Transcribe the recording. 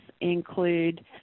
include